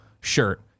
shirt